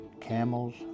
camels